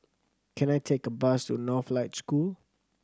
can I take a bus to Northlight School